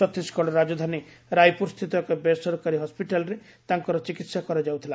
ଛତିଶଗଡ଼ ରାଜଧାନୀ ରାୟପ୍ରର ସ୍ଥିତ ଏକ ବେସରକାରୀ ହସ୍କିଟାଲ୍ରେ ତାଙ୍କର ଚିକିତ୍ସା କରାଯାଉଥିଲା